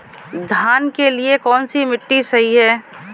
धान के लिए कौन सी मिट्टी सही है?